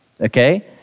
Okay